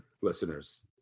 listeners